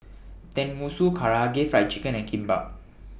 Tenmusu Karaage Fried Chicken and Kimbap